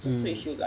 hmm